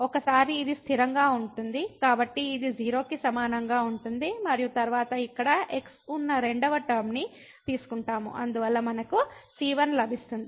ఒకసారి ఇది స్థిరంగా ఉంటుంది కాబట్టి ఇది 0 కి సమానంగా ఉంటుంది మరియు తరువాత ఇక్కడ x ఉన్న రెండవ టర్మ ని తీసుకుంటాము అందువల్ల మనకు c1 లభిస్తుంది